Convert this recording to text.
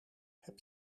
heb